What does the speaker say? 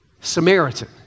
Samaritan